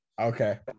Okay